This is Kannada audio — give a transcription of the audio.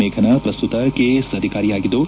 ಮೇಘನಾ ಪ್ರಸ್ತುತ ಕೆಎಎಸ್ ಅಧಿಕಾರಿಯಾಗಿದ್ದು